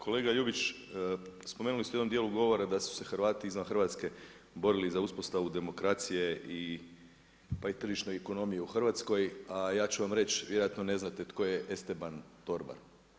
Kolega Ljubić, spomenuli ste u jednom djelu govora da su se Hrvati izvan Hrvatske borili za uspostavu demokracije pa i tržišne ekonomije u Hrvatskoj a ja ću vam reći, vjerojatno ne znate tko je Esteban Torbar.